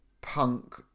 punk